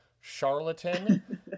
charlatan